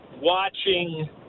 watching